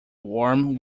warm